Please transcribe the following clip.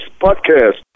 Podcast